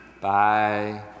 Bye